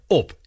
op